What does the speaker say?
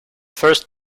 first